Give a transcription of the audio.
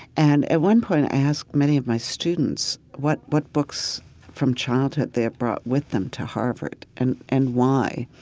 and at one point, i asked many of my students, what what books from childhood they had brought with them to harvard. and and why?